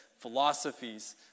philosophies